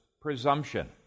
presumption